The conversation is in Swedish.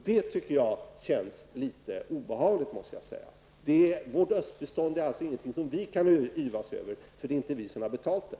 Jag tycker att det känns litet obehagligt. Vi kan alltså inte yvas över östbiståndet eftersom det inte är vi som har betalat det.